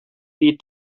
beat